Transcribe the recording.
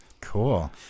Cool